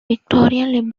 victorian